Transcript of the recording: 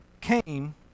came